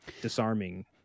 disarming